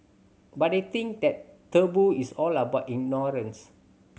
but I think that taboo is all about ignorance